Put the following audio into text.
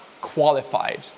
qualified